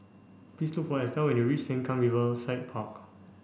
please look for Estel when you reach Sengkang Riverside Park